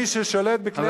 קיצוני ששולט בכלי התקשורת,